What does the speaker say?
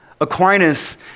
Aquinas